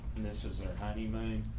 and this was their honeymoon.